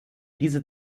diese